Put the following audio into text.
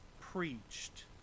preached